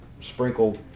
sprinkled